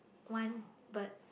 one bird